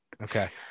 Okay